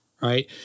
right